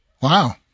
Wow